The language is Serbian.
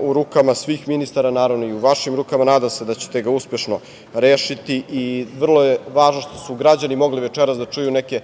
u rukama svih ministara, naravno, i u vašim rukama. Nadam se da ćete ga uspešno rešiti. Vrlo je važno što su građani mogli večeras da čuju neke